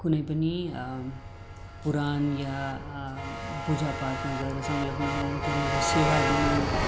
कुनै पनि पुराण या पूजा पाठमा गएर संलग्न हुनु त्यहाँनेर सेवा दिनु